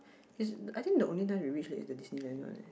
I think the only time we reach there is the Disneyland one leh